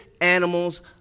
animal's